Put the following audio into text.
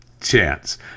chance